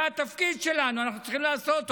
זה התפקיד שלנו, אנחנו צריכים לעשות.